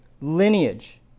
lineage